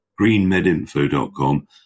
greenmedinfo.com